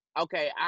okay